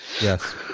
Yes